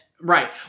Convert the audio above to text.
Right